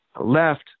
Left